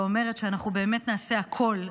ואומרת שאנחנו באמת נעשה הכול,